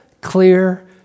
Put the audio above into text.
clear